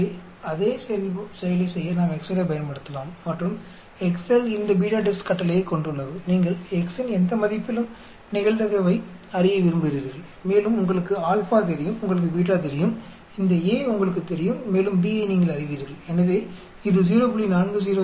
எனவே அதே செயலைச் செய்ய நாம் எக்செல்லைப் பயன்படுத்தலாம் மற்றும் எக்செல் இந்த BETADIST கட்டளையை கொண்டுள்ளது நீங்கள் x இன் எந்த மதிப்பிலும் நிகழ்தகவை அறிய விரும்புகிறீர்கள் மேலும் உங்களுக்கு α தெரியும் உங்களுக்கு β தெரியும் இந்த A உங்களுக்குத் தெரியும் மேலும் B ஐ நீங்கள் அறிவீர்கள் எனவே இது 0